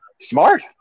Smart